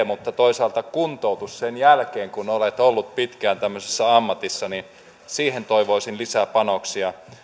mutta toisaalta kuntoutukseen sen jälkeen kun olet ollut pitkään tämmöisessä ammatissa toivoisin lisää panoksia